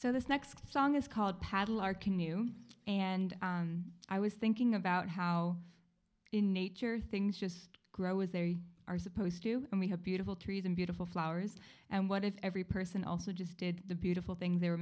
so this next song is called paddle our canoe you and i was thinking about how in nature things just grow was there you are supposed to and we have beautiful trees and beautiful flowers and what if every person also just did the beautiful thing they were